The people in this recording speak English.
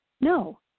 no